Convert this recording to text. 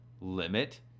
limit